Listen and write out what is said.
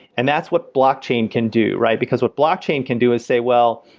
and that's what blockchain can do, right? because what blockchain can do is say, well,